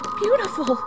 beautiful